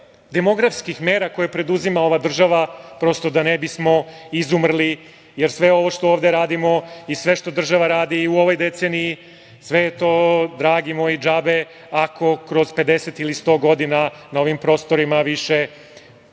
demografskih mera koje preduzima ova država, prosto da ne bismo izumrli. Jer, sve ovo što ovde radimo i sve što država radi u ovoj deceniji, sve je to, dragi moji, džabe ako kroz 50 ili 100 godina na ovim prostorima više